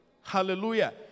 Hallelujah